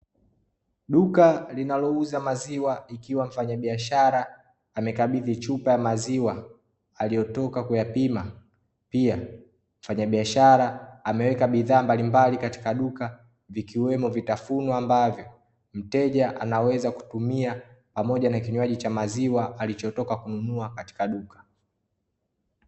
Duka linalouza maziwa ikiwa mfanyabiashara amekabidhi chupa ya maziwa aliyotoka kuyapim. Pia, mfanyabiashara ameweka bidhaa mbalimbali katika duka vikiwemo vitafunwa ambavyo, mteja anaweza kutumia pamoja na kinywaji cha maziwa alichotoka kununua katika duka.